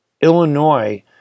Illinois